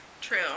True